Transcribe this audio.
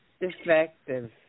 defective